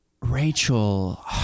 Rachel